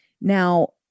Now